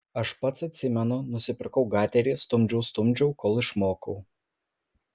aš pats atsimenu nusipirkau gaterį stumdžiau stumdžiau kol išmokau